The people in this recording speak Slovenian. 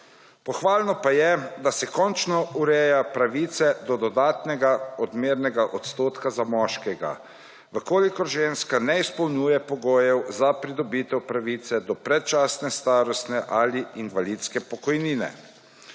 pohvalno pa je, da se končno ureja pravice do dodatnega odmernega odstotka za moškega v kolikor ženska ne izpolnjuje pogojev za pridobitev pravice do predčasne starostne ali invalidske pokojnine.